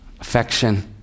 affection